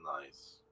nice